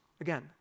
Again